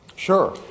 Sure